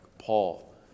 Paul